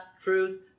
truth